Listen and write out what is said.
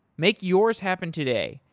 make yours happen today.